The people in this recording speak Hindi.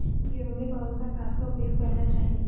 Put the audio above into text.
गेहूँ में कौन सा खाद का उपयोग करना चाहिए?